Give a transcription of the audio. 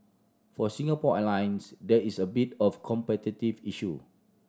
for Singapore Airlines there is a bit of a competitive issue